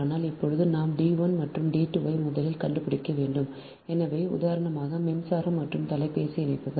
ஆனால் இப்போது நாம் d 1 மற்றும் d 2 ஐ முதலில் கண்டுபிடிக்க வேண்டும் எனவே உதாரணமாக மின்சாரம் மற்றும் தொலைபேசி இணைப்புகள்